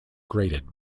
grated